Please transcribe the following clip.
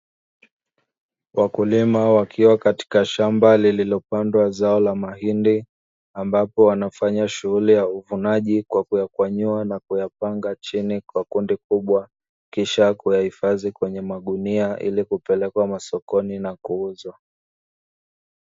Wakulima wakiwa katika shamba lililopandwa zao la mahindi ambapo wanafanya shughuli ya uvunaji kwa kuyakwanyua na kuyapanga chini kwa kundi kubwa, kisha kuyahifadhi kwenye magunia ili kupelekwa masokoni na kuuzwa.